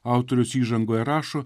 autorius įžangoje rašo